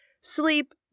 sleep